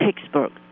Pittsburgh